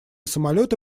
самолеты